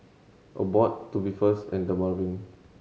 Abbott Tubifast and Dermaveen